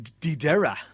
Didera